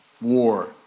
war